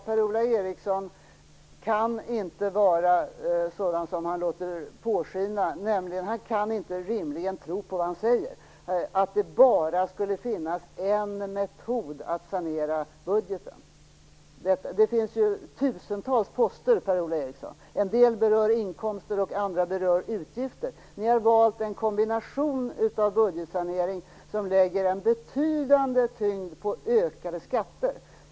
Per-Ola Eriksson kan inte vara sådan som han låter påskina. Han kan inte rimligen tro på vad han säger, dvs. att det bara skulle finnas en metod att sanera budgeten. Det finns ju tusentals poster, Per-Ola Eriksson. En del berör inkomster och andra berör utgifter. Centern och Socialdemokraterna har valt en kombination av budgetsaneringsåtgärder som lägger en betydande tyngd på ökade skatter.